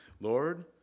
Lord